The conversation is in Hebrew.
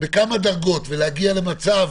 בכמה דרגות ולהגיע למצב